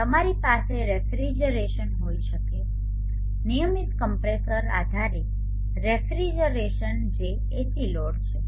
તમારી પાસે રેફ્રિજરેશન હોઈ શકે છે નિયમિત કોમ્પ્રેસર આધારિત રેફ્રિજરેશન જે એસી લોડ છે